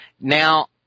Now